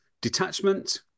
detachment